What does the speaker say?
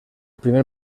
primer